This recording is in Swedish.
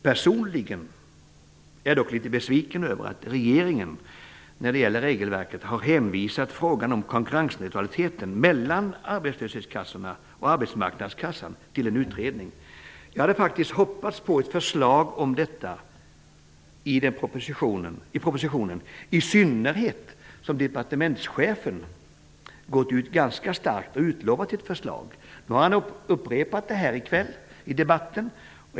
Personligen är jag dock litet besviken över att regeringen har hänvisat frågan om konkurrensneutraliteten mellan arbetslöshetskassorna och arbetsmarknadskassan till en utredning. Jag hade faktiskt hoppats på ett förslag om detta i propositionen, i synnerhet som departementschefen gått ut ganska starkt och utlovat ett förslag. Han har upprepat det i debatten här i kväll.